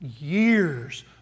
years